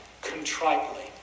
contritely